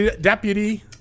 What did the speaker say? deputy